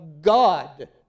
God